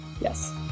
yes